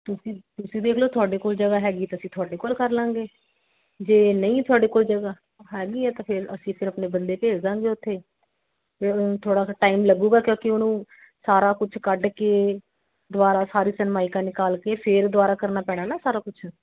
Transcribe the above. ਤੁਸੀਂ ਤੁਸੀਂ ਦੇਖ ਲਓ ਤੁਹਾਡੇ ਕੋਲ ਜਗ੍ਹਾ ਹੈਗੀ ਤਾਂ ਅਸੀਂ ਤੁਹਾਡੇ ਕੋਲ ਕਰ ਲਵਾਂਗੇ ਜੇ ਨਹੀਂ ਤੁਹਾਡੇ ਕੋਲ ਜਗ੍ਹਾ ਹੈਗੀ ਹੈ ਤਾਂ ਫਿਰ ਅਸੀਂ ਫਿਰ ਆਪਣੇ ਬੰਦੇ ਭੇਜ ਦੇਵਾਂਗੇ ਉੱਥੇ ਫਿਰ ਉਹ ਥੋੜ੍ਹਾ ਕੁ ਟਾਈਮ ਲੱਗੂਗਾ ਕਿਉਂਕਿ ਉਹਨੂੰ ਸਾਰਾ ਕੁਛ ਕੱਢ ਕੇ ਦੁਬਾਰਾ ਸਾਰੀ ਸਨਮਾਇਕਾ ਨਿਕਾਲ ਕੇ ਫਿਰ ਦੁਬਾਰਾ ਕਰਨਾ ਪੈਣਾ ਨਾ ਸਾਰਾ ਕੁਛ